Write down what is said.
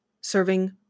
serving